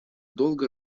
долго